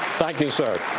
thank you, sir.